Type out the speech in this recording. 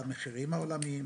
במחירים העולמיים,